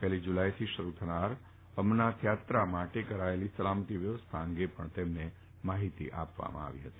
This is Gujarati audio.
પહેલી જુલાઈથી શરૂ થનાર અમરનાથ યાત્રા માટે કરાયેલી સલામતી વ્યવસ્થા અંગે પણ તેમને માહિતી આપવામાં આવી હતી